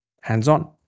hands-on